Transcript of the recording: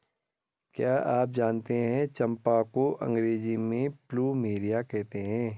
क्या आप जानते है चम्पा को अंग्रेजी में प्लूमेरिया कहते हैं?